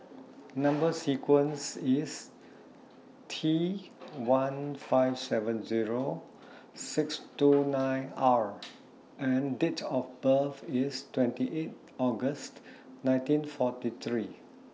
Number sequence IS T one five seven Zero six two nine R and Date of birth IS twenty eight August nineteen forty three